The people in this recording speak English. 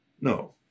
no